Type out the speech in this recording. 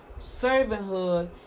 servanthood